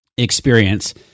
experience